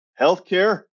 healthcare